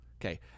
Okay